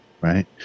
Right